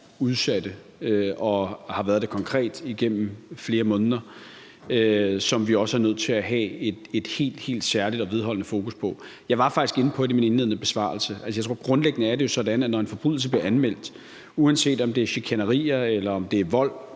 og har været det konkret igennem flere måneder, og som vi også er nødt til at have et helt, helt særligt og vedholdende fokus på. Jeg var faktisk inde på det i min indledende besvarelse. Jeg tror, at det grundlæggende er sådan, at når en forbrydelse bliver anmeldt, uanset om det er chikanerier eller om det er vold